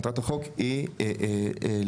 מטרת החוק היא לפרק,